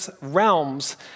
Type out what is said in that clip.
realms